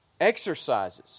exercises